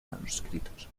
manuscritos